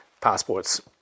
passports